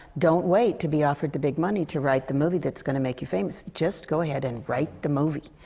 don't wait to be offered the big money to write the movie that's gonna make you famous. just go ahead and write the movie.